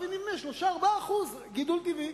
הבה נבנה 3% 4% לגידול טבעי.